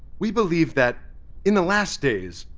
we believe that in the last days,